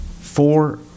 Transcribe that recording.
four